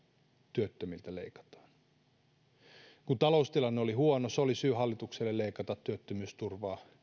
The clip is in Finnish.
työttömiltä leikataan kun taloustilanne oli huono se oli syy hallitukselle leikata työttömyysturvaa